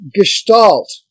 gestalt